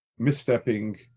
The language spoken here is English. misstepping